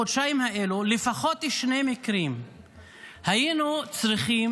בחודשיים האלו לפחות בשני מקרים היינו צריכים